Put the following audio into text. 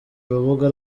urubuga